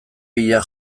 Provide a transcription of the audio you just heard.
bila